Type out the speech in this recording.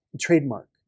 trademark